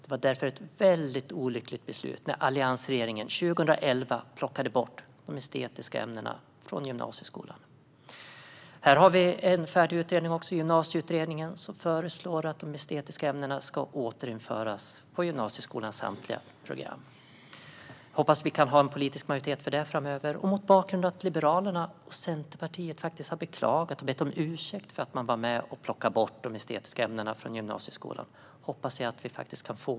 Det var därför ett väldigt olyckligt beslut när alliansregeringen 2011 plockade bort de estetiska ämnena från gymnasieskolan. Även här har vi en färdig utredning, gymnasieutredningen, som föreslår att de estetiska ämnena ska återinföras på gymnasieskolans samtliga program. Jag hoppas att vi kan få en politisk majoritet för det framöver. Mot bakgrund av att Liberalerna och Centerpartiet faktiskt har beklagat och bett om ursäkt för att man var med och plockade bort de estetiska ämnena från gymnasieskolan hoppas jag det.